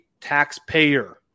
taxpayer